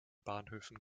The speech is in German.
bahnhöfen